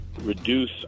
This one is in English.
reduce